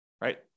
right